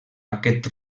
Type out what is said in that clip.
aquest